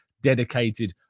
dedicated